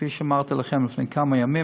כפי שאמרתי לכם לפני כמה ימים,